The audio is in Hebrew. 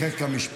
רק בחיק המשפחה.